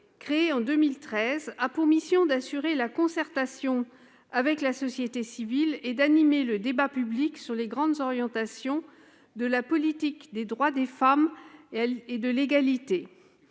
créé en 2013, a pour mission d'assurer la concertation avec la société civile et d'animer le débat public sur les grandes orientations de la politique des droits des femmes et de l'égalité.